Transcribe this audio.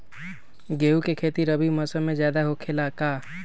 गेंहू के खेती रबी मौसम में ज्यादा होखेला का?